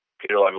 Peter